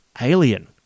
Alien